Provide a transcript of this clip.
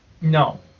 No